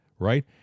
Right